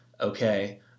okay